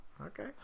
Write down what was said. okay